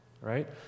Right